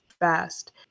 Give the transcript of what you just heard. Fast